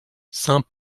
saint